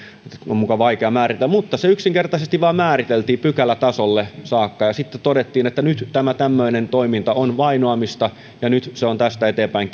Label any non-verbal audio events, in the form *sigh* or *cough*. on muka vaikea määritellä mutta se yksinkertaisesti vain määriteltiin pykälätasolle saakka ja sitten todettiin että nyt tämä tämmöinen toiminta on vainoamista ja se on tästä eteenpäin *unintelligible*